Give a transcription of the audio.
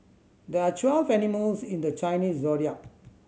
there are twelve animals in the Chinese Zodiac